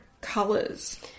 colors